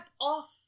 off